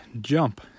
jump